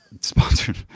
Sponsored